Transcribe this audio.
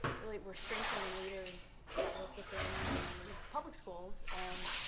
really we're strengthening leaders that work within the public schools and,